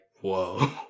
whoa